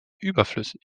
überflüssig